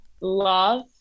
love